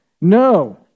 no